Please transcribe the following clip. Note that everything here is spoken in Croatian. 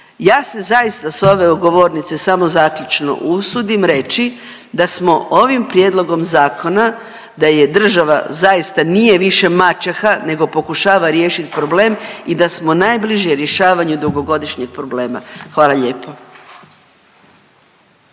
Ja se zaista s ove govornice samo zaključno usudim reći da smo ovim prijedlogom zakona, da je država zaista, nije više maćeha nego pokušava riješit problem i da smo najbliže rješavanju dugogodišnjeg problema, hvala lijepo.